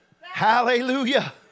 Hallelujah